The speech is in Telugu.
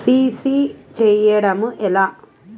సి.సి చేయడము ఎలా?